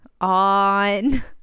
on